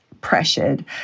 pressured